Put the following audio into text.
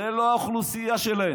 זה לא האוכלוסייה שלהם.